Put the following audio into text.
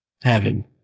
heaven